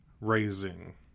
raising